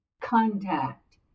contact